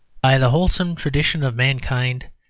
by the wholesome tradition of mankind,